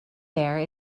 there